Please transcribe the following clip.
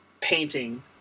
painting